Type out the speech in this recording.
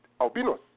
albinos